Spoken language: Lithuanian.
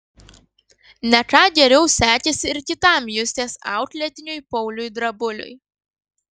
ne ką geriau sekėsi ir kitam justės auklėtiniui pauliui drabuliui